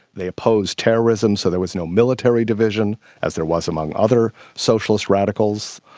they opposed terrorism, so there was no military division as there was among other socialist radicals.